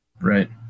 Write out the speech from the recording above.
Right